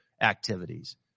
activities